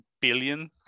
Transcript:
billion